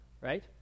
right